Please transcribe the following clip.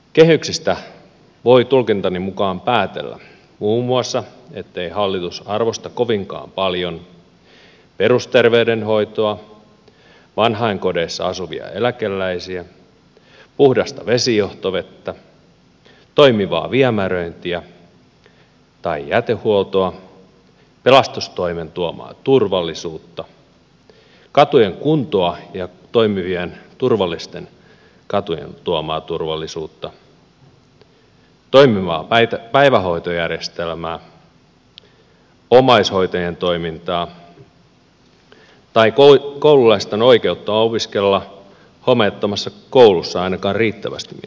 kehyksistä voi tulkintani mukaan päätellä muun muassa ettei hallitus arvosta kovinkaan paljon perusterveydenhoitoa vanhainkodeissa asuvia eläkeläisiä puhdasta vesijohtovettä toimivaa viemäröintiä tai jätehuoltoa pelastustoimen tuomaa turvallisuutta katujen kuntoa ja toimivien turvallisten katujen tuomaa turvallisuutta toimivaa päivähoitojärjestelmää omais hoitajien toimintaa tai koululaisten oikeutta opiskella homeettomassa koulussa ainakaan riittävästi mielestäni